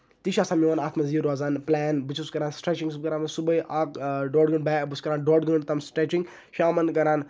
تہِ چھُ آسان میون اتھ منٛز یہِ روزان پٕلان بہٕ چھُس کران سِٹرچِنگ چھُس بہٕ کران صبحٲے اکھ ڈوٚڑ گٲنٹہٕ تانۍ بہٕ چھُس کران ڈوٚڑ گٲنٹہٕ تانۍ سِٹرچِنگ شامَن کران